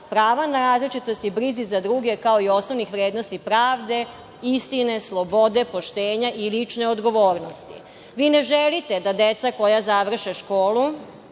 prava na različitost i brizi za druge, kao i osnovnih vrednosti pravde, istine, slobode, poštenja i lične odgovornosti. Vi ne želite da deca koja završe školu